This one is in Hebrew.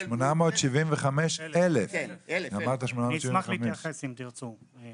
אני אשמח להתייחס אם תרצו.